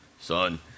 son